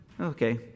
okay